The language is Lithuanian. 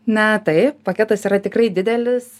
na taip paketas yra tikrai didelis